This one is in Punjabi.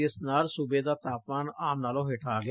ਜਿਸ ਨਾਲ ਸੁਬੇ ਦਾ ਤਾਪਮਾਨ ਆਮ ਨਾਲੋ ਹੇਠਾਂ ਆ ਗਿਆ